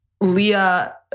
Leah